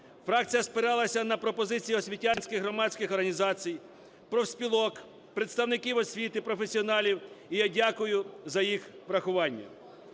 фракція спиралася на пропозиції освітянських громадських організацій, профспілок, представників освіти, професіоналів, і я дякую за їх врахування.